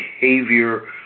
behavior